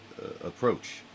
approach